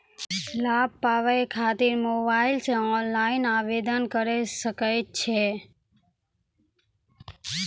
लाभ पाबय खातिर मोबाइल से ऑनलाइन आवेदन करें सकय छियै?